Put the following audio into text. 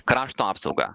krašto apsaugą